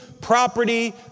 property